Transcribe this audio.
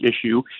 issue